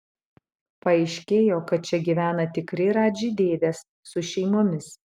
paaiškėjo kad čia gyvena tikri radži dėdės su šeimomis